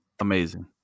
amazing